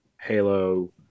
Halo